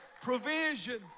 provision